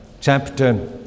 chapter